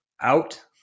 out